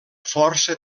força